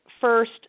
first